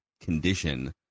condition